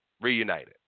reunited